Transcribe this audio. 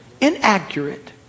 inaccurate